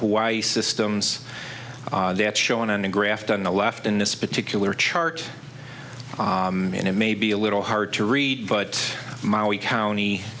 hawaii systems that shown on the graft on the left in this particular chart and it may be a little hard to read but my we county